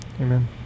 Amen